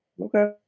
Okay